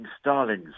starlings